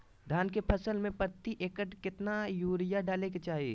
धान के फसल में प्रति एकड़ कितना यूरिया डाले के चाहि?